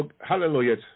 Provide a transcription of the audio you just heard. Hallelujah